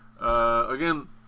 again